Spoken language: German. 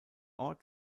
ort